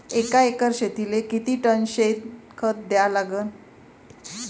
एका एकर शेतीले किती टन शेन खत द्या लागन?